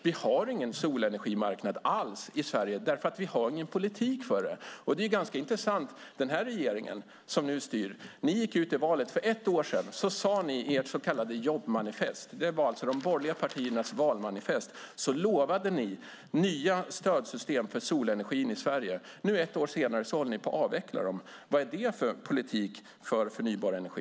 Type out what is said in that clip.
Vi har ingen solenergimarknad alls i Sverige, för vi har ingen politik för det. Det är ganska intressant att ni i den regering som nu styr gick ut i valet för ett år sedan och i ert så kallade jobbmanifest, alltså de borgerliga partiernas valmanifest, lovade nya stödsystem för solenergin i Sverige. Ett år senare håller ni nu på att avveckla dem. Vad är det för politik för förnybar energi?